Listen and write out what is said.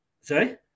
Sorry